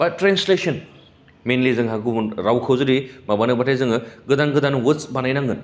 दा थ्रेन्चलेसन मेइनलि जोंहा गुबुन रावखौ जुदि माबानोबाथाइ जोङो गोदान गोदान अर्दस् बानाय नांगोन